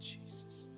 Jesus